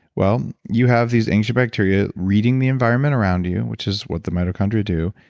well, you have these ancient bacteria reading the environment around you, which is what the mitochondria do.